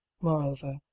moreover